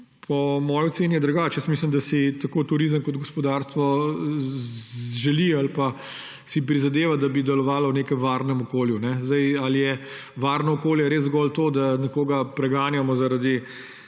Po moji oceni je drugače. Jaz mislim, da si tako turizem kot gospodarstvo želita ali pa si prizadevata, da bi delovala v nekem varnem okolju. Ali je varno okolje res zgolj to, da nekoga preganjamo zaradi